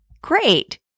Great